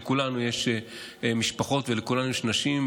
לכולנו יש משפחות ולכולנו יש נשים,